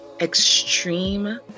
extreme